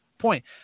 point